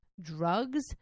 drugs